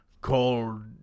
Called